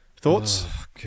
Thoughts